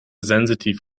sensitiv